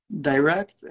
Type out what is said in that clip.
direct